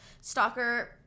stalker